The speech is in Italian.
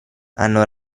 hanno